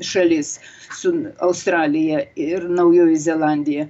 šalis su australija ir naujoji zelandija